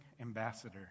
ambassador